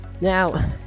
Now